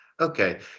Okay